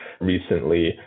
recently